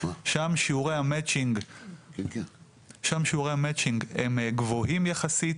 שם שיעורי המצ'ינג הם גבוהים יחסית.